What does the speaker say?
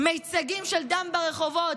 מיצגים של דם ברחובות,